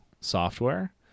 software